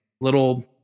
little